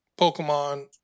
Pokemon